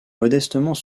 modestement